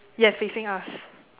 yes facing us